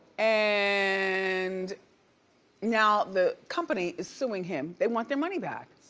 and now the company is suing him. they want their money back.